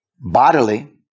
bodily